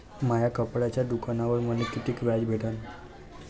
माया कपड्याच्या दुकानावर मले कितीक व्याज भेटन?